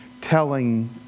telling